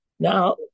Now